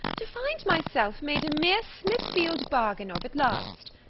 to find myself made a mere smithfield bargain of at last!